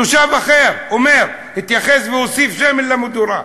תושב אחר אומר, התייחס והוסיף שמן למדורה: